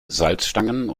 salzstangen